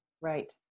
Right